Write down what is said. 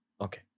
Okay